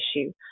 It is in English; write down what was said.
issue